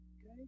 Okay